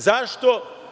Zašto?